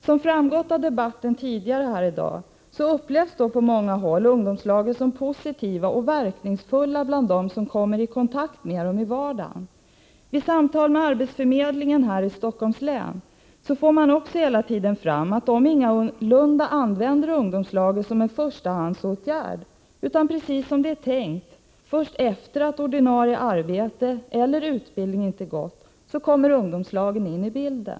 Som har framgått av debatten tidigare här i dag upplevs på många håll ungdomslagen som positiva och verkningsfulla bland dem som kommer i kontakt med dem i vardagen. Vid samtal med personal på arbetsförmedlingen här i Stockholms län framkommer det att ungdomslagen ingalunda används som en förstahandsåtgärd, utan precis som det är tänkt, nämligen att först efter det att ordinarie arbete eller utbildning inte är möjligt kommer ungdomslagen in i bilden.